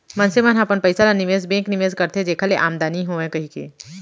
मनसे मन ह अपन पइसा ल निवेस बेंक निवेस करथे जेखर ले आमदानी होवय कहिके